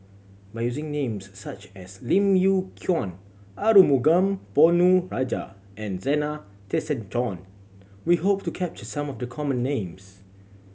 by using names such as Lim Yew Kuan Arumugam Ponnu Rajah and Zena Tessensohn we hope to capture some of the common names